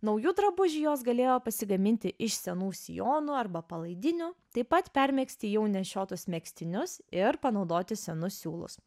naujų drabužių jos galėjo pasigaminti iš senų sijonų arba palaidinių taip pat permegzti jau nešiotus megztinius ir panaudoti senus siūlus